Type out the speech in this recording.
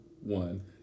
one